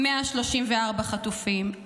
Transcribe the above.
134 חטופים,